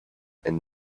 and